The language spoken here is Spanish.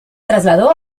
trasladó